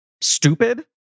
stupid